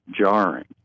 jarring